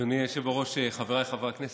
אדוני היושב-ראש, חבריי חברי הכנסת,